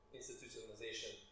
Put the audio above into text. institutionalization